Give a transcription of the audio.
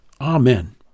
Amen